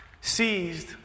seized